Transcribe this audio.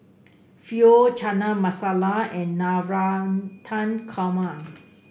Pho Chana Masala and Navratan Korma